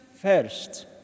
first